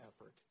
effort